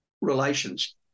relations